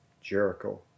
Jericho